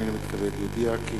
אני מתכבד להודיעכם,